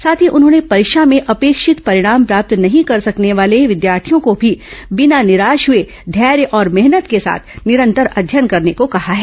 साथ ही उन्होंने परीक्षा में अपेक्षित परिणाम प्राप्त नहीं कर सकने वाले विद्यार्थियों को भी बिना निराश हुए धैर्य और मेहनत के साथ निरंतर अध्ययन करने को कहा है